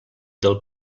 del